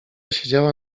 siedziała